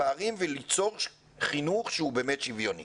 הפערים וליצור חינוך שהוא באמת שוויוני.